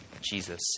Jesus